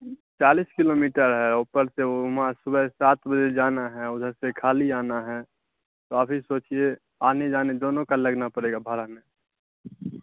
چالیس kilometre ہے اوپر سے وہاں صبح سات بجے جانا ہے ادھر سے خالی آنا ہے تو آپ ہی سوچیے آنے جانے دونوں کل لگنا پڑے گا بھاڑا میں